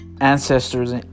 ancestors